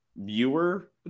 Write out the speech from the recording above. Viewer